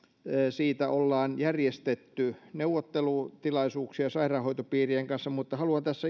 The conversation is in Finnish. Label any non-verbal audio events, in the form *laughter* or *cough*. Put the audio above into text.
siitä ollaan järjestetty neuvottelutilaisuuksia sairaanhoitopiirien kanssa mutta haluan tässä *unintelligible*